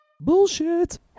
Bullshit